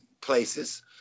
places